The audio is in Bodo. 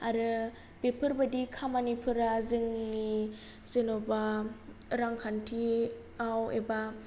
आरो बेफोरबादि खामानिफोरा जोंनि जेन'बा रांखान्थियाव एबा